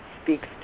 speaks